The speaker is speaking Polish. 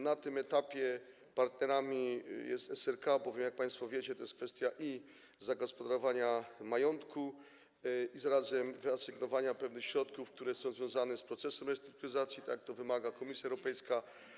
Na tym etapie partnerami jest SRK, bowiem jak państwo wiecie, to jest kwestia i zagospodarowania majątku, i zarazem wyasygnowania pewnych środków, które są związane z procesem restrukturyzacji, tak jak wymaga tego Komisja Europejska.